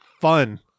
fun